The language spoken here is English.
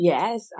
Yes